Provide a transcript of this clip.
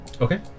Okay